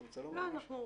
את רוצה לומר משהו?